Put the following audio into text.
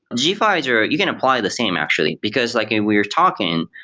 gvisor, you can apply the same actually, because like we're talking,